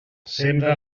sembra